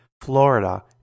florida